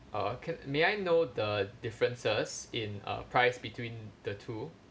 uh can may I know the differences in uh price between the two